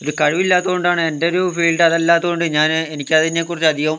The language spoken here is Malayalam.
ഒരു കഴിവില്ലാത്തതു കൊണ്ടാണ് എന്റൊരു ഫീൽഡ് അതല്ലാത്തതുകൊണ്ട് ഞാന് എനിക്കതിനെ കുറിച്ചധികം